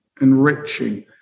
enriching